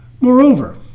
Moreover